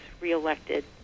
reelected